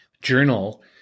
journal